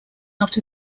not